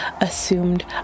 assumed